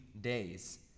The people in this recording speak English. days